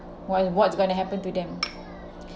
while what's going to happen to them